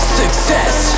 success